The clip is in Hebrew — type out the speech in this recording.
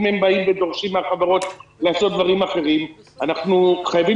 אם הם דורשים מן החברות לעשות דברים אחרים אנחנו חייבים